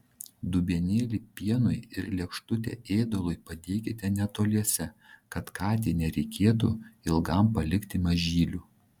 dubenėlį pienui ir lėkštutę ėdalui padėkite netoliese kad katei nereikėtų ilgam palikti mažylių